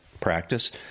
practice